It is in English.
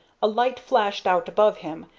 a light flashed out above him,